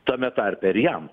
tame tarpe ir jam